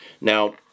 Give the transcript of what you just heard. Now